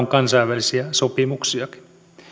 kansainvälisiä sopimuksiakin